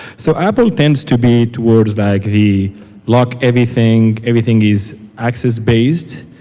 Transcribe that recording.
so apple tends to be towards like the lock everything. everything is access based,